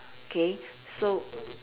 okay so